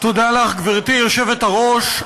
גברתי היושבת-ראש,